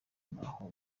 naho